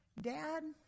Dad